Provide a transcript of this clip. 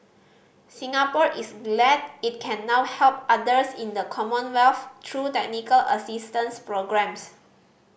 Singapore is glad it can now help others in the Commonwealth through technical assistance programmes